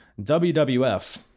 wwf